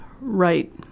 Right